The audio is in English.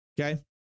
okay